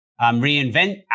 reinvent